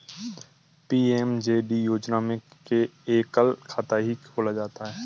PMJD योजना में एकल खाता ही खोल सकते है